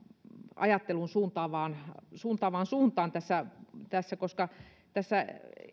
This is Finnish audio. ajattelua suuntaavaan suuntaavaan suuntaan tässä tässä koska tässä